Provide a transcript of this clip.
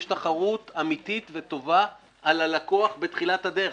יש תחרות אמיתית וטובה על הלקוח בתחילת הדרך.